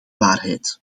waarheid